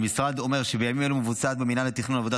המשרד אומר שבימים אלו מבוצעת במינהל התכנון עבודת